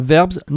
Verbs